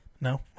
No